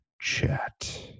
Chat